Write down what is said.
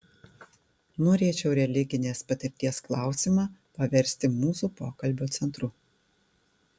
norėčiau religinės patirties klausimą paversti mūsų pokalbio centru